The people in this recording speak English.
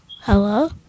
Hello